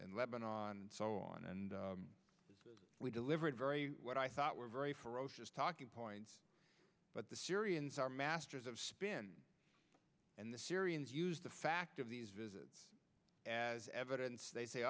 in lebanon on so on and we delivered very what i thought were very ferocious talking points but the syrians are masters of spin and the syrians use the fact of these visits as evidence they say